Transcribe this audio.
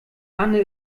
anne